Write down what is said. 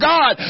God